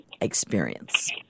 experience